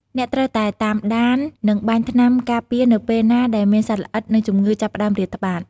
អ្នកត្រូវតែតាមដាន និងបាញ់ថ្នាំការពារនៅពេលណាដែលមានសត្វល្អិត ឬជំងឺចាប់ផ្តើមរាតត្បាត។